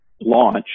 launch